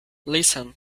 listen